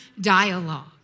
dialogue